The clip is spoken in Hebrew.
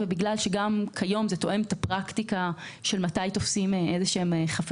וגם בגלל שכיום זה תואם את הפרקטיקה מתי תופסים חפצים,